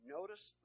Notice